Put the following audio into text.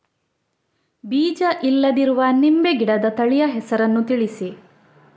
ಬೀಜ ಇಲ್ಲದಿರುವ ನಿಂಬೆ ಗಿಡದ ತಳಿಯ ಹೆಸರನ್ನು ತಿಳಿಸಿ?